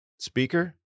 Speaker